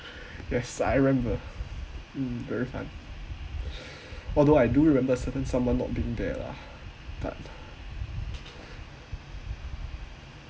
yes I remember mm very fun although I do remember a certain someone not being there lah but